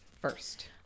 first